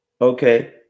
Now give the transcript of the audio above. Okay